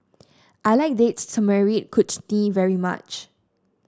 I like Date Tamarind Chutney very much